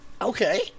okay